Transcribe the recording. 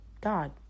God